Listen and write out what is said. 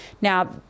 Now